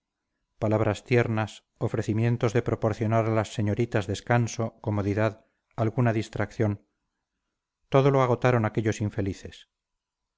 palabras tiernas ofrecimientos de proporcionar a las señoritas descanso comodidad alguna distracción todo lo agotaron aquellos infelices